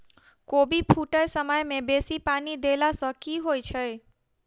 कोबी फूटै समय मे बेसी पानि देला सऽ की होइ छै?